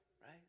right